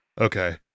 Okay